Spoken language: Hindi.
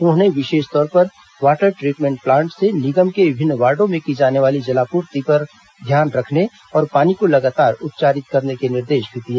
उन्होंने विशेष तौर पर वॉटर ट्रीटमेंट प्लांट से निगम के विभिन्न वार्डों में की जाने वाली जलापूर्ति पर ध्यान रखने और पानी को लगातार उपचारित करने के निर्देश भी दिए